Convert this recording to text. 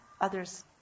others